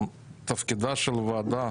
אבל תפקידה של ועדה,